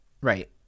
right